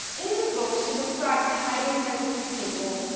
in this book she describes highly sensitive people,